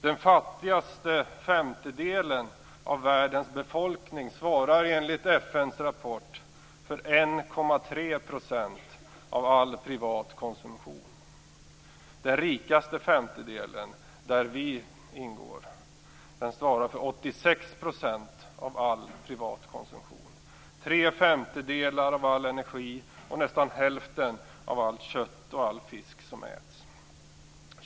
Den fattigaste femtedelen av världens befolkning svarar, enligt FN:s rapport, för 1,3 % av all privat konsumtion. Den rikaste femtedelen, där vi ingår, svarar för 86 % av all privat konsumtion - tre femtedelar av all energi och nästan hälften av allt kött och all fisk som äts.